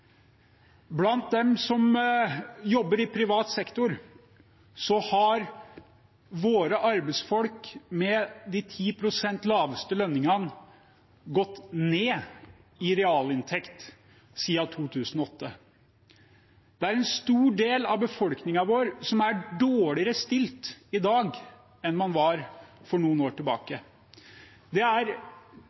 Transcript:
Blant dem som jobber i privat sektor, har arbeidsfolk med de 10 pst. laveste lønningene gått ned i realinntekt siden 2008. Det er en stor del av befolkningen vår som er dårligere stilt i dag enn man var for noen år siden. Det er